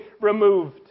removed